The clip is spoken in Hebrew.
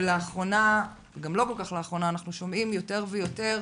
ואנחנו שומעים יותר ויותר